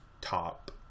top